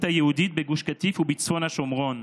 היהודית בגוש קטיף ובצפון השומרון,